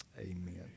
amen